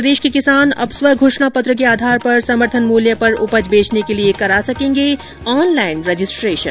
प्रदेश के किसान अब स्व घोषणा पत्र के आधार पर समर्थन मूल्य पर उपज बेचने के लिए करा सकेंगे ऑनलाइन रजिस्ट्रेशन